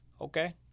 Okay